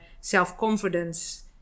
self-confidence